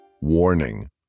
Warning